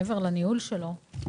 מעבר לניהול שלו,